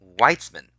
Weitzman